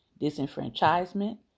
disenfranchisement